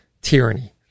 tyranny